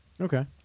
Okay